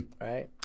Right